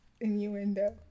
innuendo